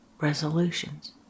resolutions